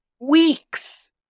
weeks